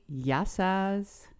Yasas